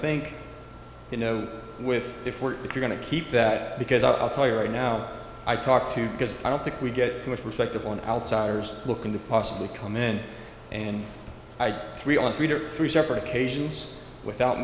think you know with if we're going to keep that because i'll tell you right now i talk to because i don't think we get to a perspective on outsiders looking to possibly come in and three on three to three separate occasions without